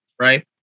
right